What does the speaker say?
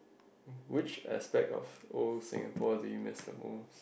which aspect of old Singapore that you miss the most